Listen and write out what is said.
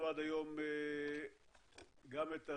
שאמורים להיות בקרן עד 2022,